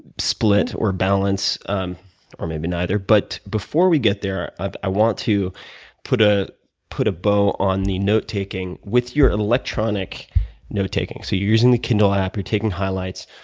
split or balance um or maybe, neither. but before we get there, i want to put ah put a bow on the note-taking with your electronic note-taking. so, you're using the kindle app. you're taking highlights.